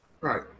Right